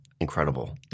incredible